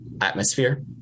atmosphere